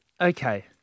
Okay